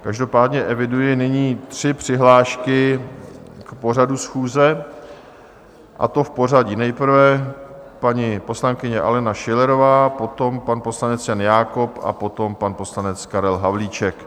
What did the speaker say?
Každopádně eviduji nyní tři přihlášky k pořadu schůze, a to v pořadí: nejprve paní poslankyně Alena Schillerová, potom pan poslanec Jan Jakob a potom pan poslanec Karel Havlíček.